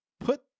put